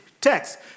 text